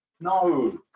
no